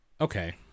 Okay